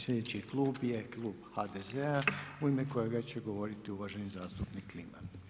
Slijedeći klub je Klub HDZ-a u ime kojega će govoriti uvaženi zastupnik Kliman.